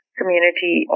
community